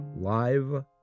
Live